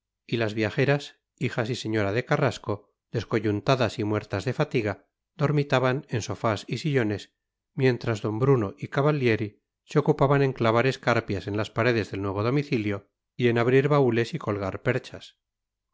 y las viajeras hijas y señora de carrasco descoyuntadas y muertas de fatiga dormitaban en sofás y sillones mientras don bruno y cavallieri se ocupaban en clavar escarpias en las paredes del nuevo domicilio y en abrir baúles y colgar perchas